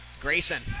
Grayson